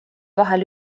vahel